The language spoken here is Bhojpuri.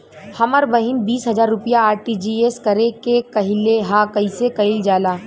हमर बहिन बीस हजार रुपया आर.टी.जी.एस करे के कहली ह कईसे कईल जाला?